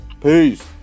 peace